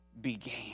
began